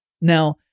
Now